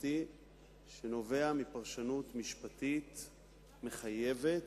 חקיקתי שנובע מפרשנות משפטית מחייבת,